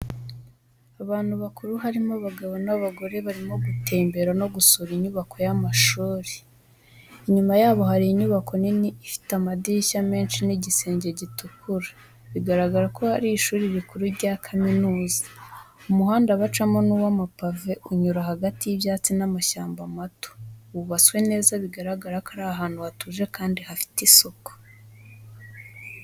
Abantu bakuru, harimo abagabo n’abagore, barimo gutembera no gusura inyubako y’amashuri. Inyuma yabo hari inyubako nini, ifite amadirishya menshi n’igisenge gitukura, bigaragara ko ari ishuri rikuru rya kaminuza. Umuhanda bacamo ni uw'amapave unyura hagati y’ibyatsi n’amashyamba mato, wubatswe neza, bigaragaza ko ari ahantu hatuje, kandi hafite isuku.